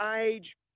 age